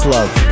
Love